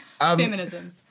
Feminism